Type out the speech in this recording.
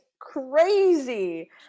crazy